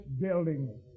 building